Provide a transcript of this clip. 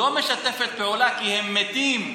לא משתפת פעולה, כי הם מתים.